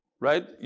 right